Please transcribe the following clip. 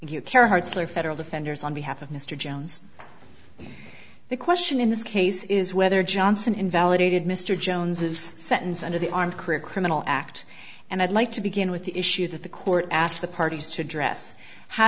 you kara hartzler federal defenders on behalf of mr jones the question in this case is whether johnson invalidated mr jones's sentence under the armed career criminal act and i'd like to begin with the issue that the court asked the parties to address how